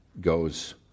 goes